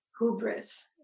hubris